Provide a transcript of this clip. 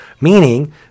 meaning